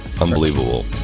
Unbelievable